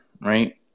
right